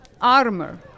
armor